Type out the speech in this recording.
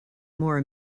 more